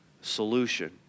solution